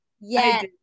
Yes